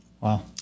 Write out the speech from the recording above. Wow